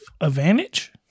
Advantage